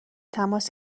تماس